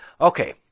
okay